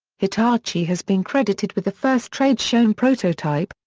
hitachi has been credited with the first trade-shown prototype,